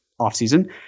offseason